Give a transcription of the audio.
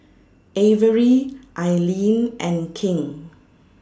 Averie Ailene and King